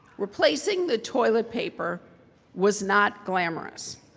replacing the toilet paper was not glamorous.